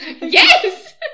yes